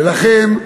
ולכן,